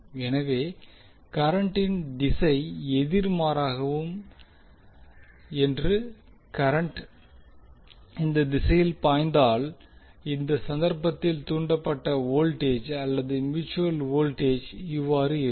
ஆகவே கரண்ட்டின் திசை எதிர்மாறாகவும்மற்றும் கரன்ட் இந்த திசையில் பாய்ந்தால் இந்த சந்தர்ப்பத்தில் தூண்டப்பட்டவோல்டேஜ் அதாவது மியூட்சுவல் வோல்டேஜ் இவ்வாறு இருக்கும்